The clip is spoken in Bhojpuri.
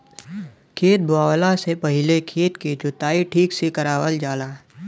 खेत बोवला से पहिले खेत के जोताई ठीक से करावल जाला